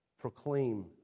proclaim